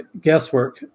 guesswork